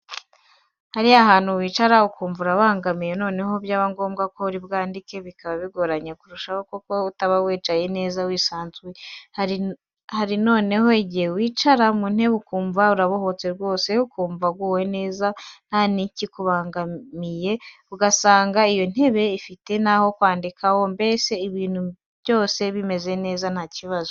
Hari ahantu wicara ukumva urabangamiwe noneho byaba ngombwa ko uri buze kwandika bikaba bigoranye kurushaho kuko utaba wicaye neza wisanzuye. Hari noneho igihe wicara mu ntebe ukumva urabohotse rwose ukumva uguwe neza ntakikubangamiye ugasanga iyo ntebe ifite naho kwandikiraho mbese ibintu byose bimeze neza nta kibazo.